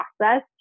process